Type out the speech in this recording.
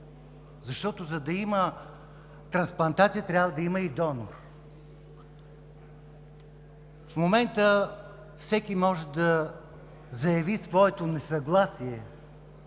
защото, за да има трансплантация, трябва да има и донор. В момента всеки може да заяви своето несъгласие